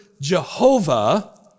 Jehovah